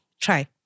try